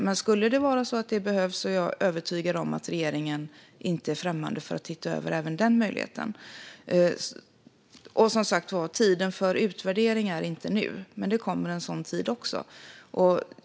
Men skulle det vara så att det behövs är jag övertygad om att regeringen inte är främmande för att titta över även den möjligheten. Som sagt var: Tiden för utvärdering är inte nu, men det kommer en sådan tid också.